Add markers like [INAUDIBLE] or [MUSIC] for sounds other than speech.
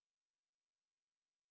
[UNINTELLIGIBLE]